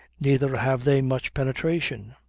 neither have they much penetration.